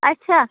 آچھا